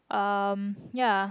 um ya